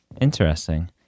Interesting